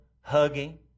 hugging